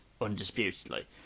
undisputedly